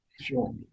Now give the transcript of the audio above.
sure